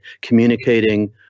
communicating